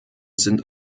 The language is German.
sind